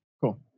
Cool